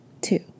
two